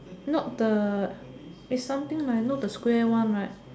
not the is something like not the square one right